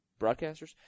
Broadcasters